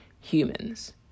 humans